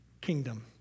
kingdom